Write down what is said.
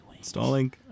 Stalling